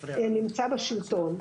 נמצא בשלטון,